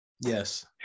Yes